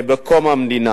עם קום המדינה: